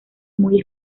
muy